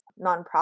nonprofit